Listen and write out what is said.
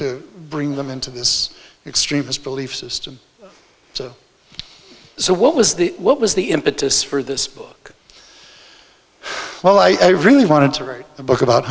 to bring them into this extremist belief system so so what was the what was the impetus for this book well i really wanted to write a book about